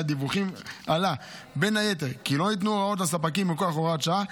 מהדיווחים עלה בין היתר כי לא ניתנו הוראות לספקים מכוח הוראת השעה,